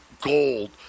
gold